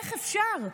איך אפשר?